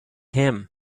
him